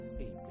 Amen